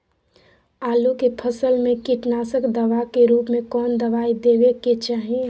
आलू के फसल में कीटनाशक दवा के रूप में कौन दवाई देवे के चाहि?